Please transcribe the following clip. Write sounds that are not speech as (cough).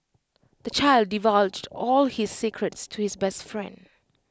(noise) the child divulged all his secrets to his best friend